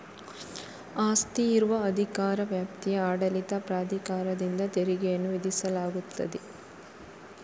ಆಸ್ತಿ ಇರುವ ಅಧಿಕಾರ ವ್ಯಾಪ್ತಿಯ ಆಡಳಿತ ಪ್ರಾಧಿಕಾರದಿಂದ ತೆರಿಗೆಯನ್ನು ವಿಧಿಸಲಾಗುತ್ತದೆ